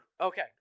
Okay